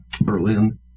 Berlin